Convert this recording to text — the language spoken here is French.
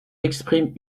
expriment